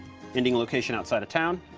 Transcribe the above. ending location outside of town.